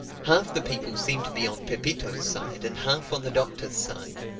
half the people seemed to be on pepito's side and half on the doctor's side.